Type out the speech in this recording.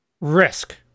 risk